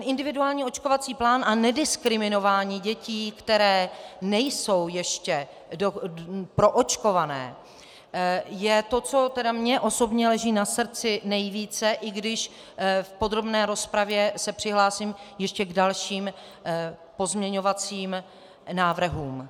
Individuální očkovací plán a nediskriminování dětí, které nejsou ještě proočkované, je to, co mně osobně leží na srdci nejvíce, i když v podrobné rozpravě se přihlásím ještě k dalším pozměňovacím návrhům.